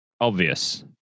obvious